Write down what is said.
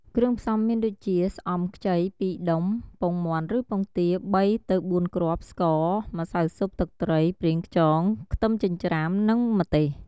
គ្រឿងផ្សំមានដូចជា ស្អំខ្ចី ២ដុំ ពងមាន់ឬពងទា ៣ទៅ៤គ្រាប់ ស្ករ ម្សៅស៊ុប ទឹកត្រី ប្រេងខ្យង ខ្ទឹមចិញ្ច្រាំ និងម្ទេស។